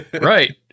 Right